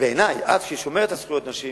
ובעיני את, ששומרת על זכויות נשים,